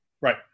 Right